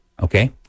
Okay